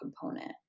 component